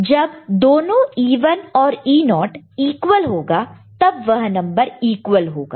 और जब दोनों E1 और E0 इक्वल होगा तब वह नंबर इक्वल होगा